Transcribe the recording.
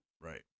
Right